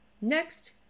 Next